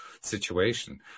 situation